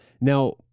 now